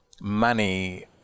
money